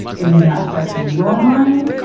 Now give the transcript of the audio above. it is not stretching your mind.